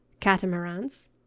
catamarans